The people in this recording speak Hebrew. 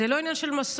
זה לא עניין של מסורת,